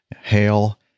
hail